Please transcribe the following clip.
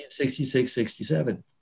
1966-67